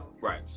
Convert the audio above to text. right